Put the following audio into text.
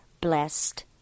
blessed